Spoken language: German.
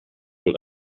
wohl